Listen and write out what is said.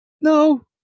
No